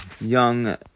young